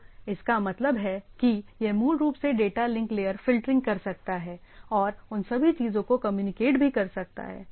तो इसका मतलब है कि यह मूल रूप से डेटा लिंक लेयर फिल्टरिंग कर सकता है और उन सभी चीजों को कम्युनिकेट भी कर सकता है